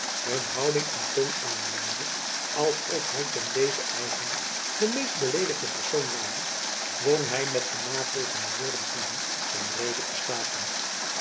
een houding en toon aannemende als of hy ten dezen eigenlijk de meest beleedigde persoon ware dwong hy met de navolgende woorden kievit zijn rede te staken